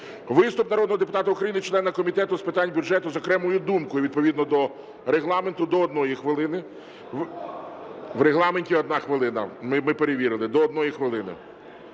виступ народного депутата України члена Комітету з питань бюджету з окремою думкою відповідно до Регламенту – до 1 хвилини... В Регламенті – 1 хвилина, ми перевірили, до 1 хвилини.